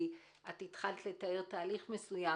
כי התחלת לתאר תהליך מסוים,